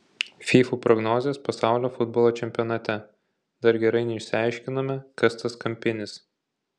fyfų prognozės pasaulio futbolo čempionate dar gerai neišsiaiškinome kas tas kampinis